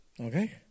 Okay